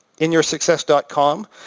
inyoursuccess.com